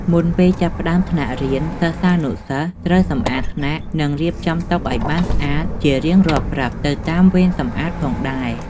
មុនពេលចាប់ផ្ដើមថ្នាក់រៀន សិស្សានុសិស្សត្រូវសម្អាតថ្នាក់ និងរៀបចំតុឱ្យបានស្អាតជារៀងរាល់ព្រឹកទៅតាមវេនសម្អាតផងដែរ។